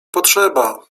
potrzeba